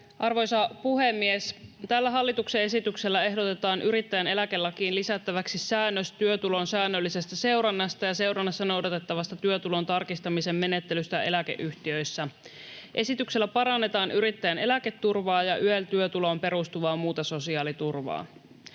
Arvoisa puhemies! Tällä hallituksen esityksellä ehdotetaan yrittäjän eläkelakiin lisättäväksi säännös työtulon säännöllisestä seurannasta ja seurannassa noudatettavasta työtulon tarkistamisen menettelystä eläkeyhtiöissä. Esityksellä parannetaan yrittäjien eläketurvaa ja YEL-työtuloon perustuvaa muuta sosiaaliturvaa.